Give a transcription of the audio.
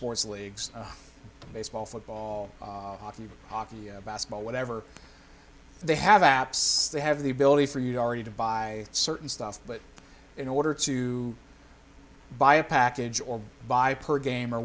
sports leagues baseball football hockey hockey basketball whatever they have apps they have the ability for you already to buy certain stuff but in order to buy a package or buy per game or